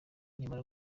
nimara